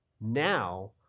Now